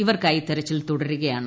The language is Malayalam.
ഇവർക്കായി തെരച്ചിൽ തുടരുകയാണ്